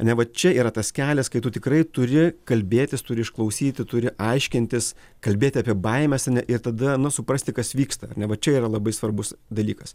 neva čia yra tas kelias kai tu tikrai turi kalbėtis turi išklausyti turi aiškintis kalbėti apie baimes ane ir tada nu suprasti kas vyksta ar ne va čia yra labai svarbus dalykas